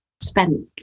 spent